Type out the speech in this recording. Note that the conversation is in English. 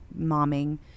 momming